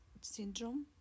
syndrome